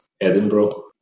Edinburgh